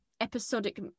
episodic